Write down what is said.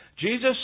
Jesus